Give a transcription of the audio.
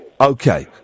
Okay